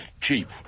cheap